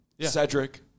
Cedric